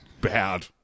bad